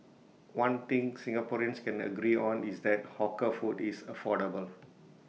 one thing Singaporeans can agree on is that hawker food is affordable